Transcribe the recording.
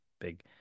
big